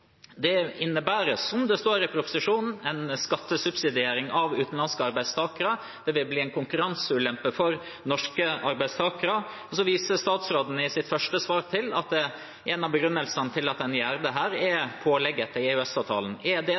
Det innebærer, som det står i proposisjonen, en skattesubsidiering av utenlandske arbeidstakere. Det vil bli en konkurranseulempe for norske arbeidstakere. Statsråden viser i sitt første svar til at en av begrunnelsene for at man gjør dette, er pålegget fra EØS-avtalen. Er det den reelle begrunnelsen for at en